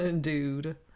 Dude